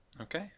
Okay